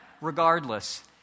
regardless